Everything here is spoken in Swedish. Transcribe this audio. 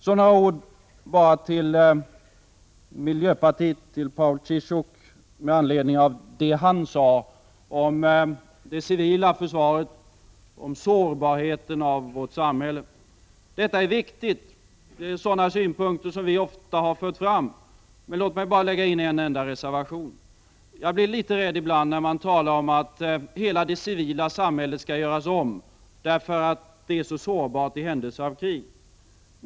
Så bara några ord till miljöpartiet och Paul Ciszuk med anledning av det han sade om det civila försvaret och sårbarheten i vårt samhälle. Detta är viktigt. Det är sådana synpunkter som vi ofta har fört fram. Låt mig bara lägga in en enda reservation. Jag blir litet rädd ibland, när man talar om att hela det civila samhället skall göras om därför att det är så sårbart i händelse av krig.